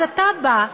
אז אתה בא,